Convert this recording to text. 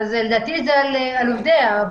ולדעתי זה על עובדיה.